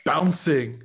Bouncing